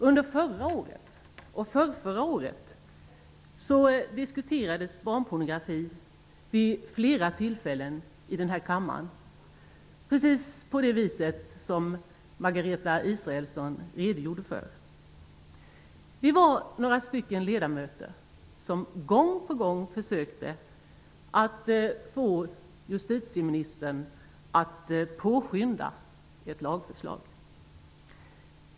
Under förra och förrförra året diskuterades barnpornografi vid flera tillfällen i denna kammare på precis det vis som Margareta Israelsson redogjorde för. Vi var några stycken ledamöter som gång på gång försökte att få justitieministern att påskynda ett lagförslag.